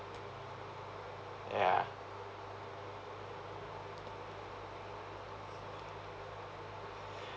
yeah